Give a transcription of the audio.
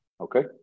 okay